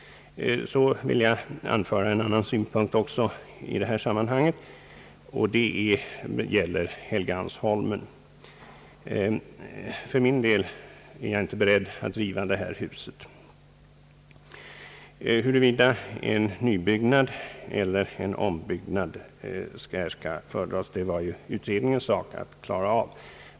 Jag vill i detta sammanhang också framföra en annan synpunkt när det gäller Helgeandsholmen. För min del är jag inte beredd att riva det här huset. Huruvida en nybyggnad av riksdagshus eller en ombyggnad av vårt nuvarande hus är att föredra är utredningens sak att klara av.